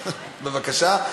בבקשה.